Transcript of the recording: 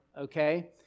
okay